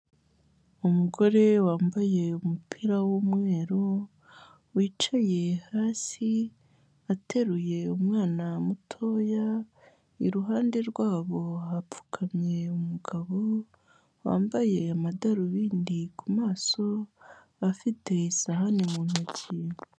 Umugore wambaye umupira w'umweru wicaye hasi ateruye umwana mutoya, iruhande rwabo hapfukamye umugabo wambaye amadarubindi ku maso afite isahani mu ntoki.